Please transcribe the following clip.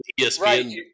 ESPN